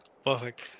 Perfect